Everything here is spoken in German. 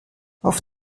auf